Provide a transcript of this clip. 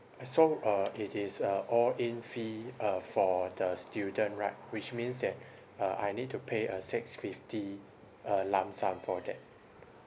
uh so uh it is a all in fee uh for the student right which means that uh I need to pay a six fifty uh lump sum for that